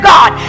God